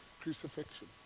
crucifixion